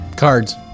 Cards